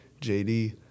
JD